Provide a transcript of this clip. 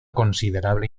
considerable